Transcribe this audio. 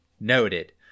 Noted